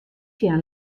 sjen